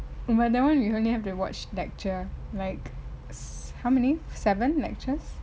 but that one you only have to watch lecture like how many seven lectures